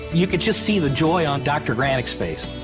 you could just see the joy on dr. granik's face.